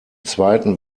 zweiten